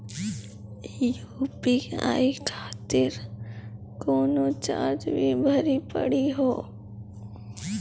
UPI खातिर कोनो charge भी भरी पड़ी हो?